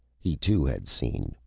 he too had seen,